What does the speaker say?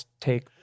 take